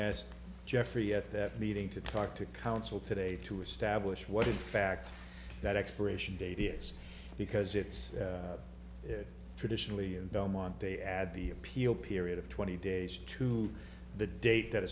asked jeffrey at that meeting to talk to counsel today to establish what in fact that expiration date is because it's traditionally and belmont they add the appeal period of twenty days to the date that a